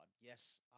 yes